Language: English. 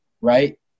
right